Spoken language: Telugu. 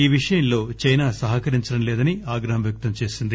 ఈ విషయంలో చైనా సహకరించడంలేదని ఆగ్రహం వ్యక్తం చేసింది